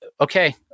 Okay